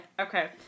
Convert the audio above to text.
Okay